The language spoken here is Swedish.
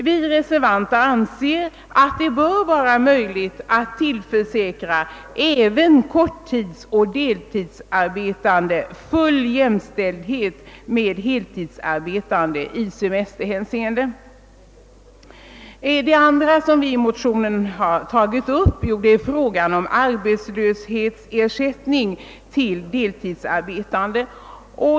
Vi reservanter anser att det bör vara möjligt att tillförsäkra även korttidsoch deltidsarbetande full jämställdhet med heltidsarbetande i semesterhänseende. Det andra som vi har tagit upp i motionen är frågan om arbetslöshetsersättning för deltidsarbetande.